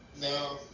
No